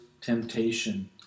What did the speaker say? temptation